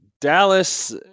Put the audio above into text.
Dallas